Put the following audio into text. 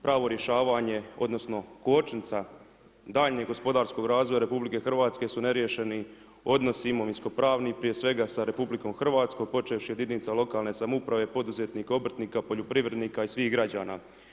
Pravo rješavanje odnosno kočnica daljnjeg gospodarskog razvoja RH su neriješeni odnosi imovinsko-pravni prije svega sa RH, počevši od jedinica lokalne samouprave, poduzetnika, obrtnika, poljoprivrednika i svih građana.